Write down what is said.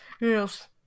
Yes